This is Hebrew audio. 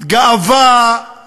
וגאווה